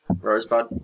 Rosebud